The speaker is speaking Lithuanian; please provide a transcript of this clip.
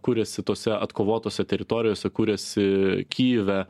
kuriasi tose atkovotose teritorijose kuriasi kijive